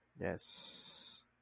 Yes